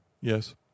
Yes